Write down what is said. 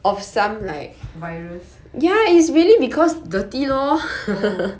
virus oh